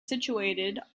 situated